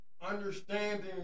understanding